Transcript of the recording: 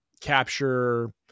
capture